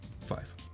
Five